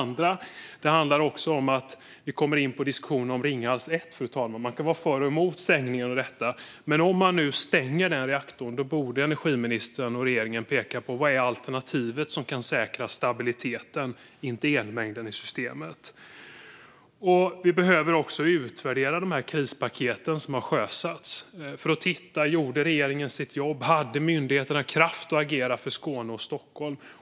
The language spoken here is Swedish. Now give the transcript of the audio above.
Fru talman! Man kan vara för och emot stängningen av Ringhals 1, men om man stänger denna reaktor borde energiministern och regeringen peka på vad alternativet är som kan säkra stabiliteten, inte elmängden i systemet. Vi behöver också utvärdera de krispaket som har sjösatts. Gjorde regeringen sitt jobb? Hade myndigheterna kraft att agera för Skåne och Stockholm?